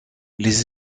les